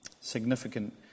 Significant